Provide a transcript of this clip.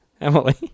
Emily